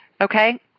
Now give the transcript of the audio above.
Okay